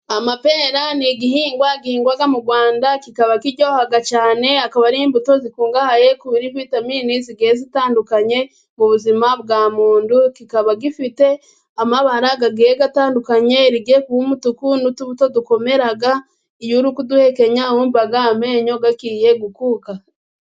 Amapera ni igihingwa gihingwa mu Rwanda kikaba kiryoha cyane, akaba ari imbuto zikungahaye kuri vitaminini zigiye zitandukanye mu buzima bwa muntu, kikaba gifite amabara agiye atandukanye irigiye kuba umutuku, n'utubuto dukomera iyo uri kuduhekenya wumva amenyo agiye gukuka.